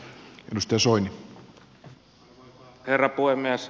arvoisa herra puhemies